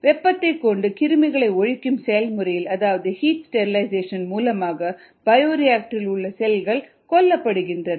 வெப்பத்தைக் கொண்டு கிருமிகளை ஒழிக்கும் செயல்முறையில் அதாவது ஹீட் ஸ்டெரிலைசேஷன் மூலமாக பயோரியாக்டர்இல் உள்ள செல்கள் கொல்லப்படுகின்றன